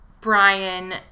Brian